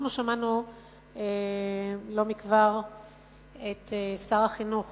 אנחנו שמענו לא מכבר את שר החינוך